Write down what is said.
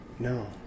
No